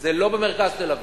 זה לא במרכז תל-אביב,